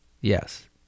Yes